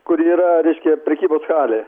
kur yra reiškia prekybos salė